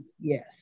Yes